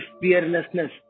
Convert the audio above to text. fearlessness